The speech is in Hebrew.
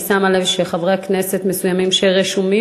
אני שמה לב שחברי כנסת מסוימים שרשומים